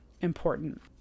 important